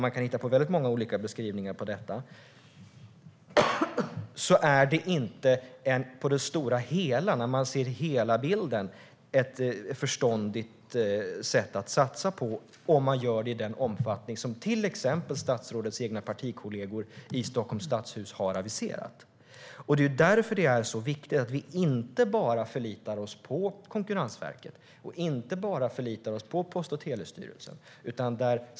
Man kan hitta på väldigt många olika beskrivningar på detta. Men när man ser hela bilden är det inte ett förståndigt sätt att satsa på om man gör det i den omfattning som till exempel statsrådets egna partikollegor i Stockholms stadshus har aviserat. Det är därför som det är så viktigt att vi inte bara förlitar oss på Konkurrensverket och Post och telestyrelsen.